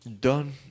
Done